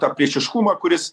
tą priešiškumą kuris